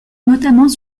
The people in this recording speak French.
notamment